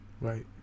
Right